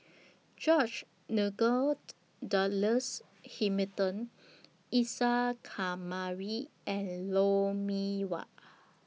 George Nigel Douglas Hamilton Isa Kamari and Lou Mee Wah